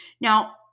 Now